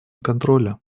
контроля